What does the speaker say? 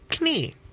Knee